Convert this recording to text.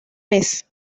mes